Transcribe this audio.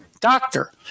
doctor